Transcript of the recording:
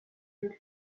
jeu